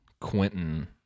Quentin